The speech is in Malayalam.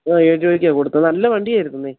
ആ ഏഴ് രൂപയ്ക്ക് കൊടുത്തത് നല്ല വണ്ടിയായിരുന്നുവെന്നേ